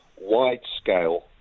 wide-scale